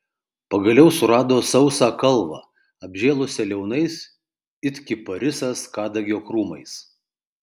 pagaliau surado sausą kalvą apžėlusią liaunais it kiparisas kadagio krūmais